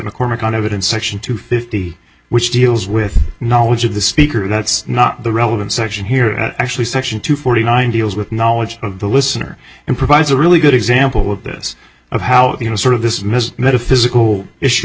in section two fifty which deals with knowledge of the speaker that's not the relevant section here actually section two forty nine deals with knowledge of the listener and provides a really good example of this of how you know sort of dismissed metaphysical issue